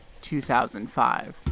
2005